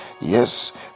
Yes